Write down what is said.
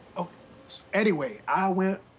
oka anyway, i went